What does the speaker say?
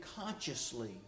consciously